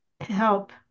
help